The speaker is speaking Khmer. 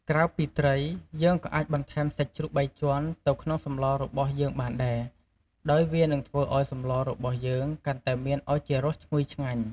ក្រៅពីត្រី យើងក៏អាចបន្ថែមសាច់ជ្រូកបីជាន់ទៅក្នុងសម្លរបស់យើងបានដែរ ដោយវានឹងធ្វើឱ្យសម្លរបស់យើងកាន់តែមានឱជារសឈ្ងុយឆ្ងាញ់។